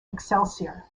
excelsior